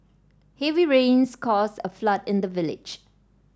heavy rains caused a flood in the village